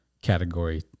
category